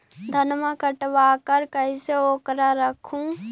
धनमा कटबाकार कैसे उकरा रख हू?